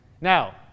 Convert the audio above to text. Now